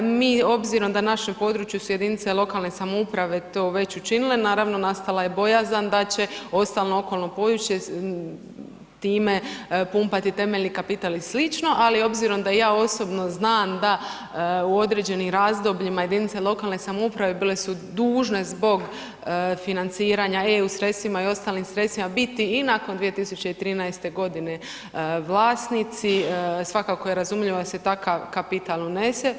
Mi, obzirom da našem području su jedinice lokalne samouprave to već učinile, naravno, nastala je bojazan da će ostalo okolno područje time pumpati temeljni kapital i sl., ali obzirom da ja osobno znam da u određenim razdobljima jedinice lokalne samouprave bile su dužne zbog financiranja, EU sredstvima i ostalim sredstvima biti i nakon 2013. godine vlasnici, svakako je razumljivo da se takav kapital unese.